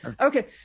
okay